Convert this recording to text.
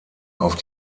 auf